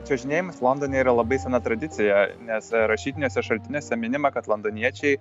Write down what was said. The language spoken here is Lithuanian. čiuožinėjimas londone yra labai sena tradicija nes rašytiniuose šaltiniuose minima kad londoniečiai